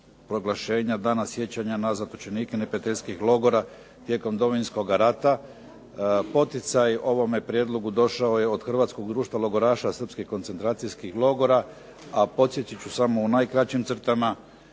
proglašenja Dana sjećanja na zatočenike neprijateljskih logora tijekom Domovinskog rata, poticaj ovome prijedlogu došao je od Hrvatskog društva logoraša Srpskih koncentracijskih logora, a podsjetit ću samo u najkraćim crtama